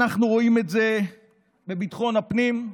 אנחנו רואים את זה בביטחון הפנים,